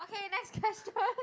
okay next question